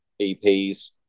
eps